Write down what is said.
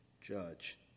judge